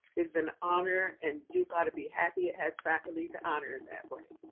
is an honor, and duke ought to be happy it has faculty to honor in that way.